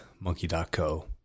monkey.co